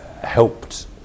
helped